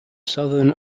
southern